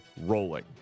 rolling